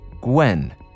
Gwen